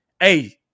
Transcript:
hey